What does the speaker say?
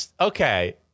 okay